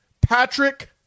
Patrick